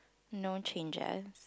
no changes